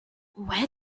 where